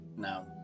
Now